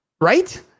Right